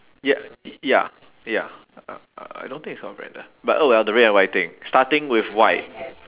ya y~ ya ya uh I don't think it's but oh well the red and white thing starting with white